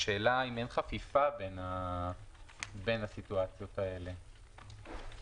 השאלה אם אין חפיפה בין הסיטואציות האלה,